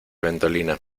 ventolina